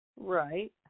Right